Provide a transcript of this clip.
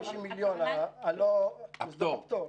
250 מיליון מוסדות הפטור.